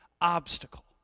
obstacle